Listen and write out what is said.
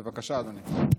בבקשה, אדוני.